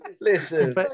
Listen